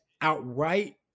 outright